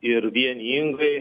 ir vieningai